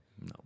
No